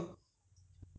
minced pork